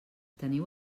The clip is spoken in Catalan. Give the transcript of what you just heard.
teniu